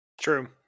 true